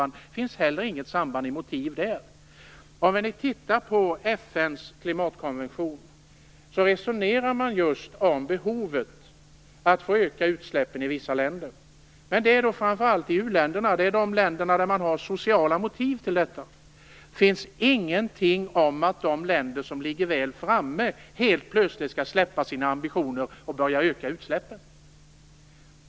De finns inget samband mellan motiven. I FN:s klimatkonvention resonerar man om behovet av att få öka utsläppen i vissa länder. Det gäller framför allt i u-länderna. Det är de länder där det finns sociala motiv till detta. Det står ingenting om att de länder som ligger väl framme helt plötsligt skall släppa sina ambitioner och börja öka utsläppen.